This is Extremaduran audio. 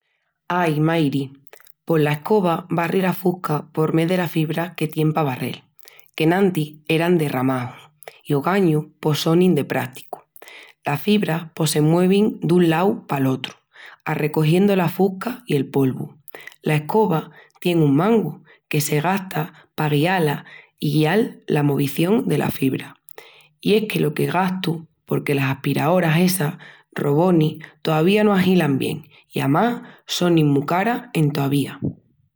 Ai, mairi! Pos la escoba barri la fusca por mé delas fibras que tien pa barrel, qu'enantis eran de ramaju i ogañu pos sonin de prásticu. Las fibras pos se muevin dun lau pal otru, arrecogiendu la fusca i el polvu. La escoba tien un mangu que se gasta pa guiá-la i guial la movición delas fibras. Yo es lo que gastu porque las aspiraoras essas robonis tovía no ahilan bien i amás sonin mu caras entoavía.